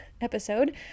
episode